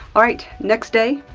all right, next day,